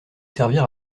servir